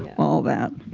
all that.